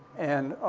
and,